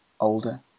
older